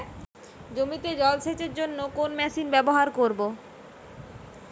জমিতে জল সেচের জন্য কোন মেশিন ব্যবহার করব?